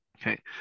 Okay